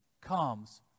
comes